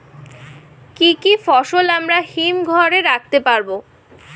কি কি ফসল আমরা হিমঘর এ রাখতে পারব?